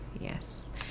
Yes